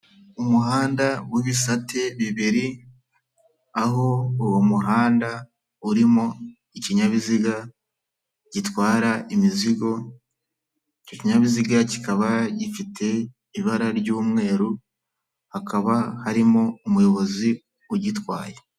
Umuhanda w'ibisate bibiri, aho uwo muhanda urimo ikinyabiziga gitwara imizigo, icyo kinyabiziga kikaba gifite ibara ry'umweru, hakaba harimo umuyobozi ugitwaye.